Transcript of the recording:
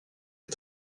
est